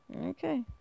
Okay